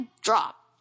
drop